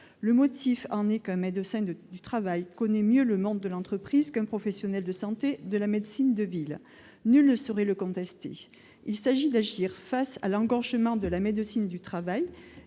Le motif en est qu'un médecin du travail connaît mieux le monde de l'entreprise qu'un professionnel de santé de la médecine de ville. Nul ne saurait le contester. Toutefois, il s'agit d'agir face à l'engorgement de la médecine du travail